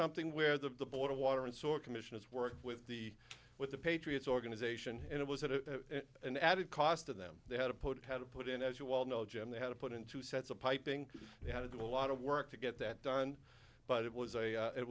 something where the board of water and sort commission has worked with the with the patriots organization and it was an added cost to them they had to put had to put in as you well know jim they had to put in two sets of piping they had the lot of work to get that done but it was a it